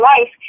life